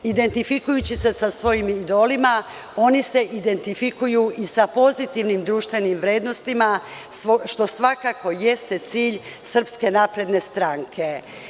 Identifikujući se sa svojim idolima, oni se identifikuju i sa pozitivnim društvenim vrednostima, što svakako jeste cilj SNS.